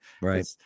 Right